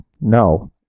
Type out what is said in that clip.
No